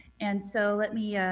and so let me yeah